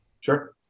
Sure